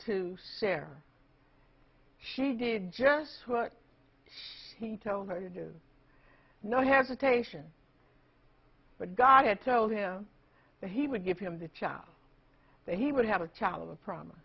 to sarah she did just what he told her to do no hesitation but god told him that he would give him the child that he would have a child of pro